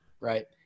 right